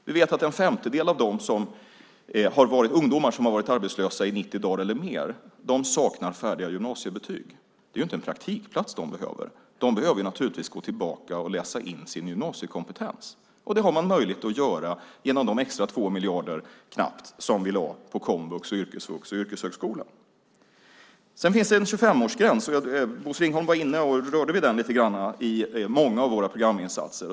Vi vet att en femtedel av de ungdomar som har varit arbetslösa i 90 dagar eller mer saknar fullständigt gymnasiebetyg. Det är inte en praktikplats de behöver. De behöver naturligtvis gå tillbaka och läsa in sin gymnasiekompetens, och det har de möjlighet att göra genom de knappt 2 miljarder extra som vi lade på komvux, yrkesvux och yrkeshögskolan. Sedan finns det en 25-årsgräns, och Bosse Ringholm berörde den lite grann, i många av våra programinsatser.